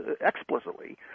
explicitly